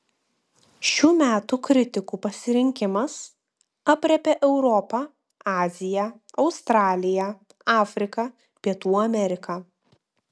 šių metų kritikų pasirinkimas aprėpia europą aziją australiją afriką pietų ameriką